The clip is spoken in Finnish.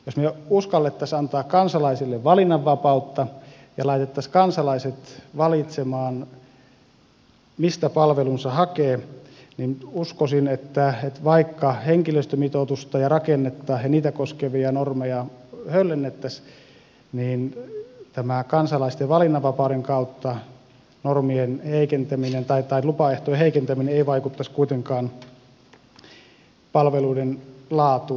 jos me uskaltaisimme antaa kansalaisille valinnanvapautta ja laittaisimme kansalaiset valitsemaan mistä palvelunsa hakevat niin uskoisin että vaikka henkilöstömitoitusta ja rakennetta ja niitä koskevia normeja höllennettäisiin niin tämän kansalaisten valinnanvapauden kautta lupaehtojen heikentäminen ei vaikuttaisi kuitenkaan palveluiden laatuun